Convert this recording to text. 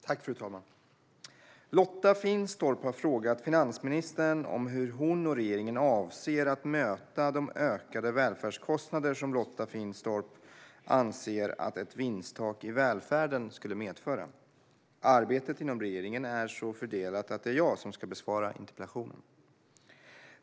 Fru talman! Lotta Finstorp har frågat finansministern om hur hon och regeringen avser att möta de ökade välfärdskostnader som Lotta Finstorp anser att ett vinsttak i välfärden skulle medföra. Arbetet inom regeringen är så fördelat att det är jag som ska besvara interpellationen.